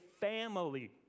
family